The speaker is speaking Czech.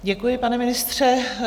Děkuji, pane ministře.